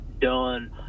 done